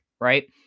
right